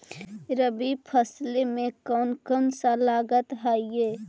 रबी फैसले मे कोन कोन सा लगता हाइय?